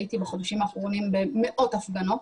הייתי בחודשים האחרונים במאות הפגנות.